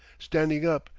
standing up,